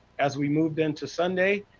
as we moved into sunday,